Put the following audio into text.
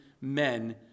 men